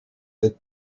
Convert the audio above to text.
that